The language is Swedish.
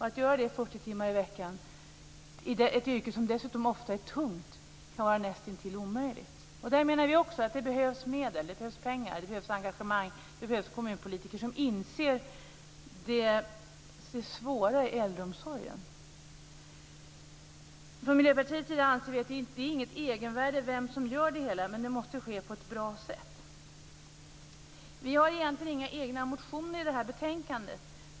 Att göra det 40 timmar i veckan i ett yrke som dessutom ofta är tungt kan vara näst intill omöjligt. Där menar vi också att det behövs medel. Det behövs pengar. Det behövs engagemang. Det behövs kommunpolitiker som inser det svåra i äldreomsorgen. Från Miljöpartiets sida anser vi att det inte är något egenvärde i vem som utför arbetet, men det måste ske på ett bra sätt. Vi har egentligen inga egna motioner i det här betänkandet.